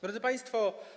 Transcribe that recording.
Drodzy Państwo!